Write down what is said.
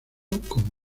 con